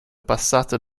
passato